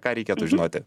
ką reikėtų žinoti